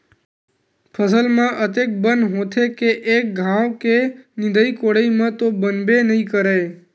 फसल म अतेक बन होथे के एक घांव के निंदई कोड़ई म तो बनबे नइ करय